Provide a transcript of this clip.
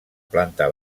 planta